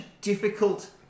difficult